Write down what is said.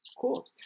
Cool